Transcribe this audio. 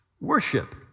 worship